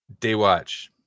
Daywatch